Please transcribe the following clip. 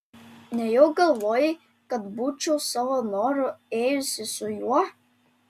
nejau galvoji kad būčiau savo noru ėjusi su juo